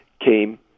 came